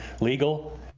legal